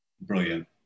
brilliant